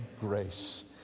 grace